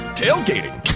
tailgating